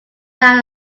down